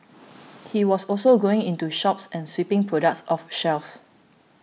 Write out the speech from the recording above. he was also going into shops and sweeping products off shelves